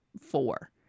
four